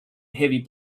heavy